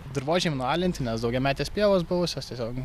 dirvožemiai nualinti nes daugiametės pievos buvusios tiesiog